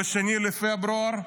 ב-2 בפברואר,